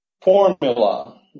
formula